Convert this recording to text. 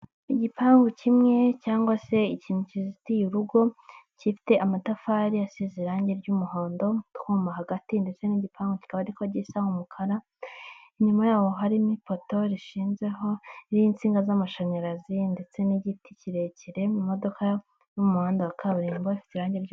Igipangu kimwe cyangwa se ikintu kizitiye urugo kifite amatafari asize irangi ry'umuhondo, utwuma hagati ndetse n'igipangu kikaba ari ko gisa umukara, inyuma yaho harimo ipoto rishinzeho, ririho insinga z'amashanyarazi ndetse n'igiti kirekire, imodoka iri mu muhanda wa kaburimbo ifite irangi ry'u...